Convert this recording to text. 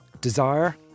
desire